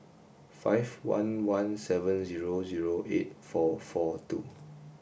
five one one seven zero zero eight four four two